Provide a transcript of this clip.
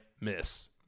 miss